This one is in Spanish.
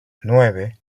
nueve